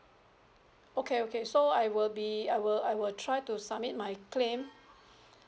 okay okay so I will be I will I will try to submit my claim